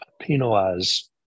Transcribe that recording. penalize